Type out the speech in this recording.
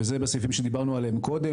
כל הסעיפים שדיברנו עליהם קודם,